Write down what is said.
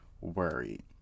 worried